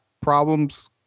problems